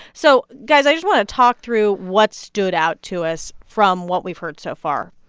so, guys, i just want to talk through what stood out to us from what we've heard so far